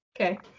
okay